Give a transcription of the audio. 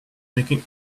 making